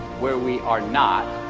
where we are not